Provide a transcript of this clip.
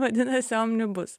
vadinasi omnibus